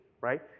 right